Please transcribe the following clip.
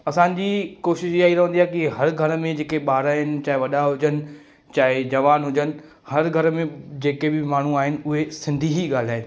असांजी कोशिश ईअं ई रहंदी आहे कि हर घर में जेके ॿार आहिनि चाहे वॾा हुजनि चाहे जवान हुजनि हर घर में जेके बि माण्हू आहिनि उहे सिंधी ई ॻाल्हाइनि